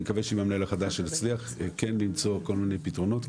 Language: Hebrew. אני מקווה שעם המנהל החדש נצליח כן למצוא כל מיני פתרונות,